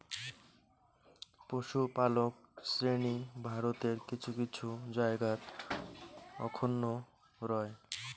পশুপালক শ্রেণী ভারতের কিছু কিছু জায়গাত অখনও রয়